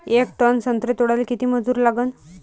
येक टन संत्रे तोडाले किती मजूर लागन?